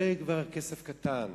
זה כבר כסף קטן,